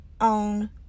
on